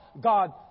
God